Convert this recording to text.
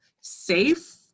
safe